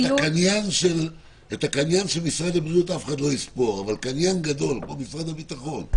הקניין של משרד הבריאות אף אחד לא יספור אבל קניין גדול כמו משרד הביטחון,